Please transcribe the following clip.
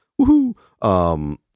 Woohoo